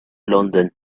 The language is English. london